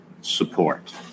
support